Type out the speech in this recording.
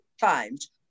times